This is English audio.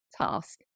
task